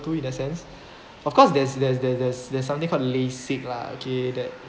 do in a sense of course there's there's there there's there's something called lasik lah okay that